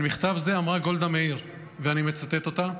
על מכתב זה אמרה גולדה מאיר, ואני מצטט אותה: